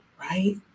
Right